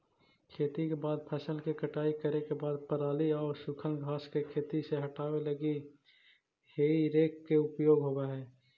खेती के बाद फसल के कटाई करे के बाद पराली आउ सूखल घास के खेत से हटावे लगी हेइ रेक के उपयोग होवऽ हई